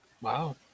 Wow